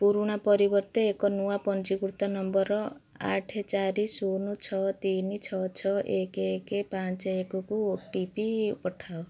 ପୁରୁଣା ପରିବର୍ତ୍ତେ ଏକ ନୂଆ ପଞ୍ଜୀକୃତ ନମ୍ବର ଆଠ ଚାରି ଶୂନ ଛଅ ତିନି ଛଅ ଛଅ ଏକ ଏକ ପାଞ୍ଚ ଏକକୁ ଓ ଟି ପି ପଠାଅ